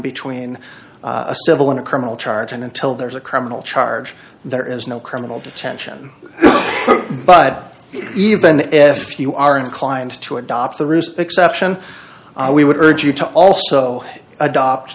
between a civil and a criminal charge and until there's a criminal charge there is no criminal detention but even if you are inclined to adopt the ruse exception we would urge you to also adopt